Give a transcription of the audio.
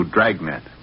Dragnet